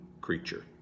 creature